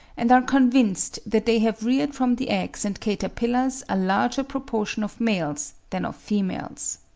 and are convinced that they have reared from the eggs and caterpillars a larger proportion of males than of females.